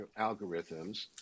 algorithms